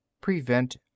prevent